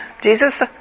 Jesus